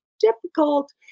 difficult